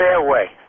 fairway